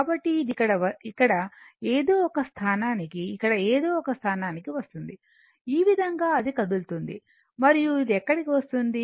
కాబట్టి ఇది ఇక్కడ ఎదోఒక స్థానానికి ఇక్కడ ఎదోఒక స్థానానికి వస్తుంది ఈ విధంగా అది కదులుతుంది మరియు ఇది ఎక్కడికి వస్తుంది